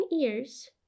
ears